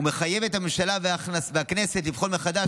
והוא מחייב את הממשלה והכנסת לבחון מחדש,